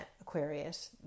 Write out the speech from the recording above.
Aquarius